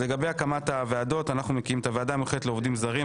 לגבי הקמת הוועדות: אנחנו מקימים את הוועדה המיוחדת לעובדים זרים,